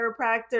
chiropractor